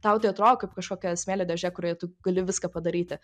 tau tai atrodo kaip kažkokia smėlio dėže kurioje tu gali viską padaryti